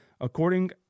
according